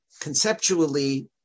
conceptually